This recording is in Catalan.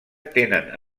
tenen